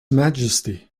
majesty